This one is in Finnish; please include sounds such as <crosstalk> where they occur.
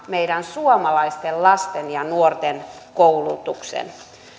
<unintelligible> meidän suomalaisten lasten ja nuorten koulutuksen